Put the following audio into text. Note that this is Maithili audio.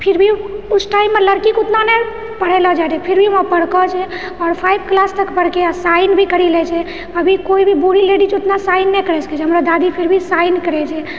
फिर भी उस टाइममे लड़कीके ओतना नहि पढ़ेलो जाए रहए फिर भी ओ पढ़लको जे आओर फाइव क्लास तक पढ़िके आओर साइन भी करि लए छै अभी कोइ भी बुढ़ि लेडिज ओतना साइन नहि करि सकैत छै हमरा दादी फिर भी साइन करैत छै